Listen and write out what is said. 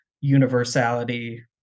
universality